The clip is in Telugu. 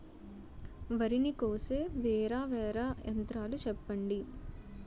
వరి ని కోసే వేరా వేరా యంత్రాలు చెప్పండి?